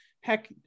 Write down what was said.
heck